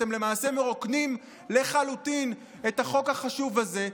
אתם למעשה מרוקנים לחלוטין את החוק החשוב הזה,